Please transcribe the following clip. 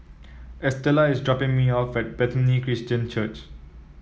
Estella is dropping me off at Bethany Christian Church